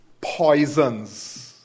poisons